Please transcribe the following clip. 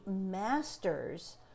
masters